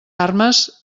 armes